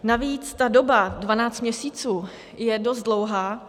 Navíc ta doba 12 měsíců je dost dlouhá.